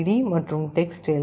D மற்றும் text L